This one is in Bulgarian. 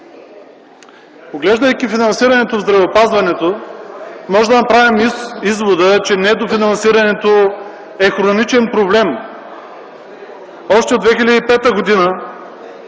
Поглеждайки финансирането в здравеопазването, можем да направим извода, че недофинансирането е хроничен проблем. Още от 2005 г.